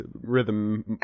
rhythm